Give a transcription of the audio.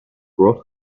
brought